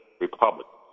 Republicans